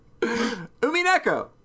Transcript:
Umineko